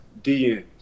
DNs